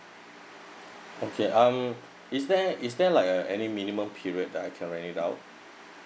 okay um is there is there like uh any minimum period that I can rent it out